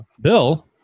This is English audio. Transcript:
Bill